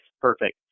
perfect